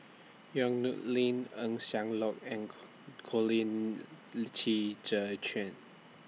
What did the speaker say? Yong Nyuk Lin Eng Siak Loy and Colin Qi Zhe Quan